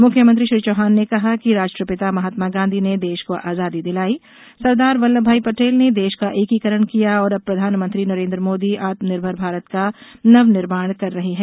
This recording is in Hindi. मुख्यमंत्री श्री चौहान ने कहा कि राष्ट्रपिता महात्मा गांधी ने देश को आजादी दिलाई सरदार वल्लभभाई पटेल ने देश का एकीकरण किया और अब प्रधानमंत्री नरेंद्र मोदी आत्म निर्भर भारत का नव निर्माण कर रहे हैं